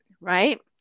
right